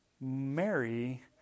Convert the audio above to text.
Mary